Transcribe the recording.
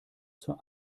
zur